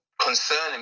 concerning